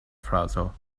frazo